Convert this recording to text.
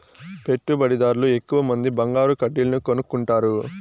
పెట్టుబడిదార్లు ఎక్కువమంది బంగారు కడ్డీలను కొనుక్కుంటారు